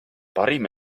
parim